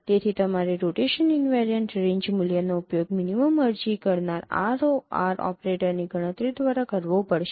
તેથી તમારે rotation invariant range મૂલ્યનો ઉપયોગ મિનિમમ અરજી કરનાર ROR ઓપરેટરની ગણતરી દ્વારા કરવો પડશે